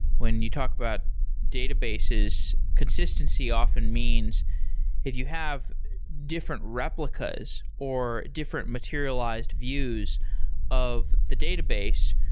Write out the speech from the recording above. when you talk about databases, consistency often means if you have different replicas or different materialized views of the database,